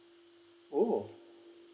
oh